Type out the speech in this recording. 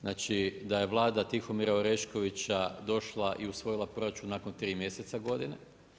Znači da je Vlada Tihomira Oreškovića došla i usvojila proračun nakon 3 mjeseca godine.